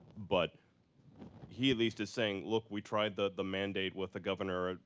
but he at least is saying, look, we tried the the mandate with the governor,